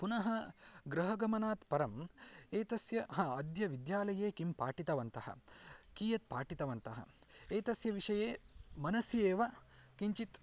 पुनः गृहगमनात् परम् एतस्य हा अद्य विद्यालये किं पाठितवन्तः कियत् पाठितवन्तः एतस्य विषये मनसि एव किञ्चित्